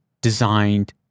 designed